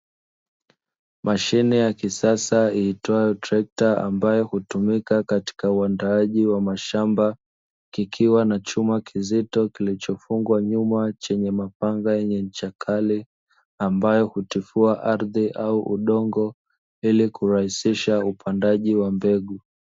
Mashine ya kisasa iitwayo trekta ambayo hutumika katika uandaaji wa mashamba, kikiwa na chuma kizito kilichofungwa nyuma chenye mapanga yenye ncha kali ambayo hutifua ardhi au udongo, ili kurahisisha upandaji wa mbegu.